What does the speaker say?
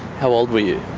how old were you?